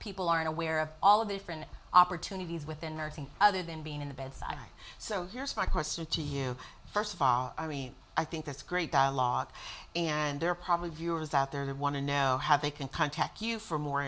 people aren't aware of all of the different opportunities within nursing other than being in the bedside so here's my question to you first of all i mean i think there's great dialogue and there are probably viewers out there who want to know how they can contact you for more